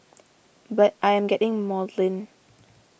but I am getting maudlin